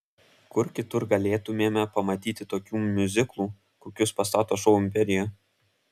kur kitur galėtumėme pamatyti tokių miuziklų kokius pastato šou imperija